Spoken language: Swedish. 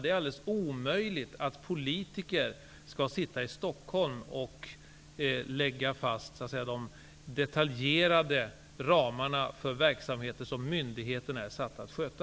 Det är alldeles orimligt att politiker skall sitta i Stockholm och lägga fast detaljerade ramar för verksamheter som myndigheterna är satta att sköta.